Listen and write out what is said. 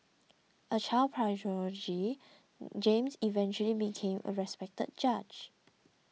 a child prodigy James eventually became a respected judge